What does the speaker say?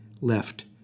left